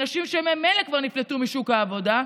"מנשים שממילא כבר נפלטו משוק העבודה,